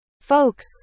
folks